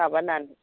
माबानानै